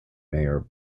mayor